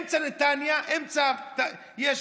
אמצע נתניה, יש